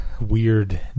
Weird